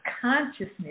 consciousness